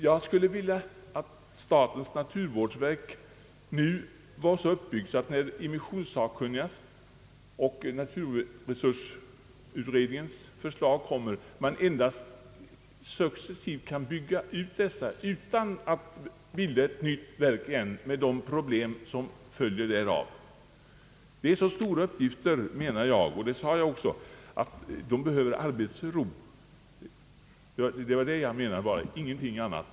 Jag skulle vilja att statens naturvårdsverk nu blir så uppbyggt att det när immissionssakkunnigas och naturresursutredningens förslag framlägges endast successivt behöver utbyggas och att det ej skall behöva bildas ett nytt ämbetsverk igen, med de problem som därav följer. Jag menar, och det sade jag också tidigare, att det är så viktiga arbetsuppgifter som det här gäller, att tjänstemännen i det nya verket behöver arbetsro — det var det jag menade och ingenting annat.